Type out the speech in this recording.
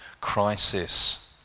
crisis